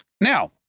Now